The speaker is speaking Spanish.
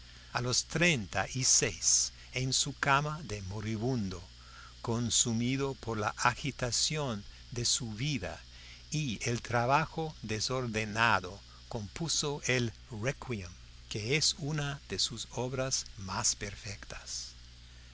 a los treinta y seis en su cama de moribundo consumido por la agitación de su vida y el trabajo desordenado compuso el requiem que es una de sus obras más perfectas